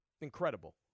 incredible